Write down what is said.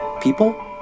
People